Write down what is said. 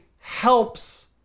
helps